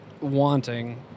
wanting